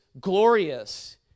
glorious